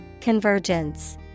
Convergence